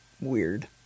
weird